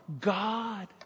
God